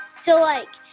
so, like,